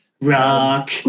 Rock